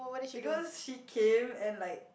because she came and like